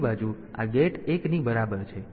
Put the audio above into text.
બીજી બાજુ આ ગેટ 1 ની બરાબર છે